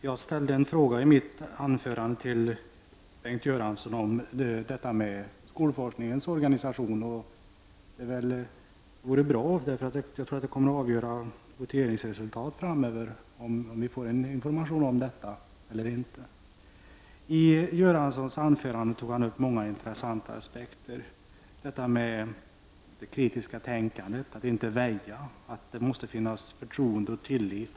Fru talman! I mitt anförande ställde jag en fråga till Bengt Göransson om skolforskningens organisation. Jag tror att det kommer att vara avgörande för voteringsresultatet framöver om vi får information om detta eller inte. I sitt anförande tog Bengt Göransson upp många intressanta aspekter; det kritiska tänkandet, att inte väja, att det måste finnas förtroende och tillit.